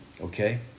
okay